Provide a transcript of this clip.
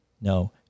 No